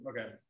Okay